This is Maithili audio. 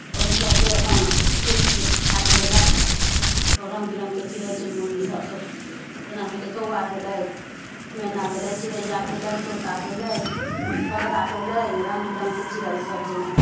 ओहि सभके अपन छीट छुट छाटि देलक रङ्ग बिरङ्गके चिड़ै चुनमुनीसभ छै जेना भेलै कौआ भेलै मेना भेलै चिड़ैया भेलै तोता भेलै बगड़ा भेलै रङ्ग बिरङ्गके चिड़ैसभ भेल